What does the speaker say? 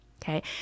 Okay